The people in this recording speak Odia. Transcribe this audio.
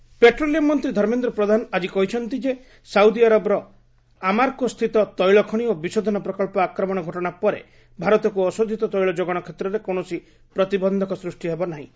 ପ୍ରଧାନ ପେଟ୍ରୋଲିୟମ୍ ମନ୍ତ୍ରୀ ଧର୍ମେନ୍ଦ୍ର ପ୍ରଧାନ ଆଜି କହିଛନ୍ତି ଯେ ସାଉଦିଆରବର ଆର୍ମାକୋ ସ୍ଥିତ ତେଳଖଣି ଓ ବିଶୋଧନ ପ୍ରକଳ୍ପ ଆକ୍ରମଣ ଘଟଣା ପରେ ଭାରତକୁ ଅଶୋଧିତ ତୈଳ ଯୋଗାଣ କ୍ଷେତ୍ରରେ କୌଣସି ପ୍ରତିବନ୍ଧକ ସ୍ନୁଷ୍ଟି ହେବ ନାହିଁ